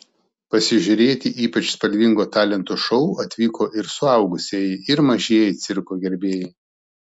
pasižiūrėti ypač spalvingo talentų šou atvyko ir suaugusieji ir mažieji cirko gerbėjai